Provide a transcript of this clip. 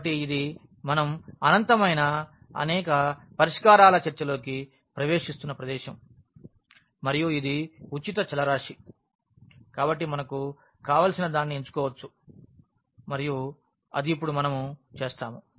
కాబట్టి ఇది మనం అనంతమైన అనేక పరిష్కారాల చర్చలోకి ప్రవేశిస్తున్న ప్రదేశం మరియు ఇది ఉచిత చలరాశి కాబట్టి మనకు కావలసినదాన్ని ఎంచుకోవచ్చు మరియు అది ఇప్పుడు మనం చేస్తాము